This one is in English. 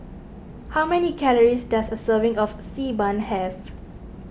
how many calories does a serving of Xi Ban have